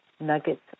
Nuggets